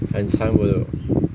反常 bodoh